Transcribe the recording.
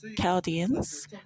Chaldeans